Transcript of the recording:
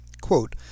quote